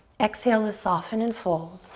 exhale to soften and fold.